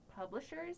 publishers